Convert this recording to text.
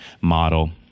model